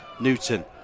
Newton